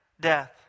death